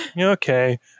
Okay